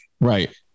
right